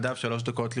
נדב, שלוש דקות לרשותך.